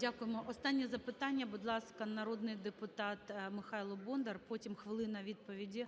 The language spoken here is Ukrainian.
Дякуємо. Останнє запитання. Будь ласка, народний депутат Михайло Бондар. Потім хвилина відповіді